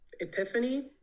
epiphany